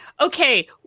okay